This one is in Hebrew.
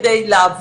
ודאי.